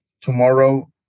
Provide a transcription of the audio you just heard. tomorrow